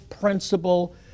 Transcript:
principle